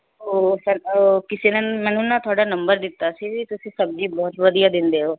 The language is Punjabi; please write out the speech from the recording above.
ਉਹ ਸਰ ਉਹ ਕਿਸੇ ਨੇ ਮੈਨੂੰ ਨਾ ਤੁਹਾਡਾ ਨੰਬਰ ਦਿੱਤਾ ਸੀ ਵੀ ਤੁਸੀਂ ਸਬਜ਼ੀ ਬਹੁਤ ਵਧੀਆ ਦਿੰਦੇ ਹੋ